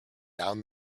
down